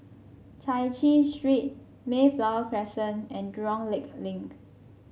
Chai Chee Street Mayflower Crescent and Jurong Lake Link